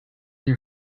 your